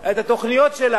את התוכניות שלה,